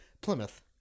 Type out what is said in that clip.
plymouth